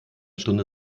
stunde